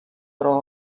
راه